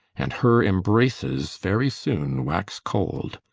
and her embraces very soon wax cold.